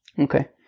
Okay